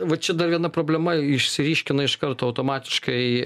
va čia dar viena problema išsiryškina iš karto automatiškai